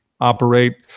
operate